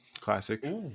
classic